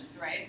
right